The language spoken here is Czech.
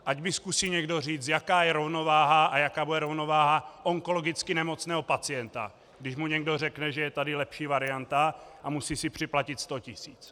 Ať mi zkusí někdo říct, jaká je rovnováha a jaká bude rovnováha onkologicky nemocného pacienta, když mu někdo řekne, že je tady lepší varianta a musí si připlatit sto tisíc.